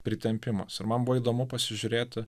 pritempimas ir man buvo įdomu pasižiūrėti